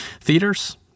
Theaters